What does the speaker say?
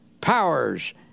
powers